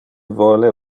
vole